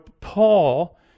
Paul